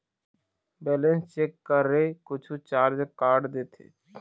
Balance check करें कुछू charge काट देथे?